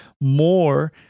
more